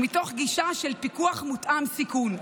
ומתוך גישה של פיקוח מותאם סיכון,